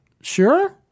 Sure